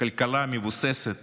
הכלכלה מבוססת